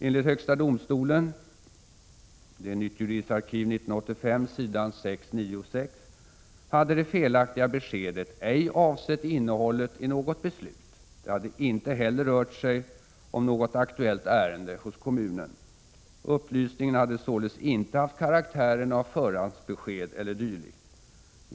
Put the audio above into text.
Enligt högsta domstolen hade det felaktiga beskedet ej avsett innehållet i något beslut. Det hade inte heller rört något aktuellt ärende hos kommunen. Upplysningen hade således icke haft karaktären av förhandsbesked e. d.